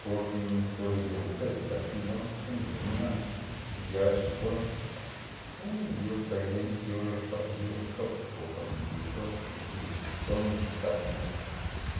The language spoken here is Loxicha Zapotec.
Por- por eyo pes ntak zi ngon ze nlimen ganza nchaxa ngon uuu yo kalent yo re jwa'n yo re poja nly probxa nzixa thi tson wiz thap wiz